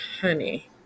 honey